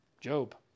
Job